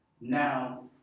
now